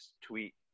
tweet